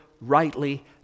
rightly